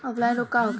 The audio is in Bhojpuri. ऑफलाइन रोग का होखे?